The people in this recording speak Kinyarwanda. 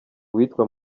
uwitwa